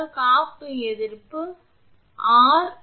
காப்பு எதிர்ப்பை இவ்வாறு கொடுக்கலாம் 𝑅 𝜌 𝑅𝑖𝑛𝑠 ∫